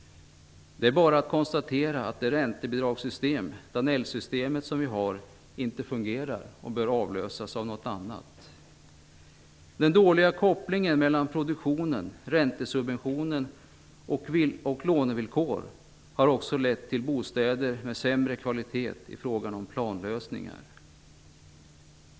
Det är bara att konstatera att det räntebidragssystem vi har - Dannellsystemet - inte fungerar och bör avlösas av någonting annat. Den dåliga kopplingen mellan produktion, räntesubvention och lånevillkor har också lett till bostäder med sämre kvalitet i fråga om planlösningar.